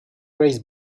raised